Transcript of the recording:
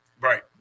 Right